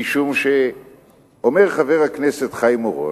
משום שאומר חבר הכנסת חיים אורון,